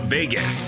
Vegas